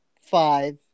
five